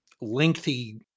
lengthy